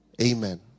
amen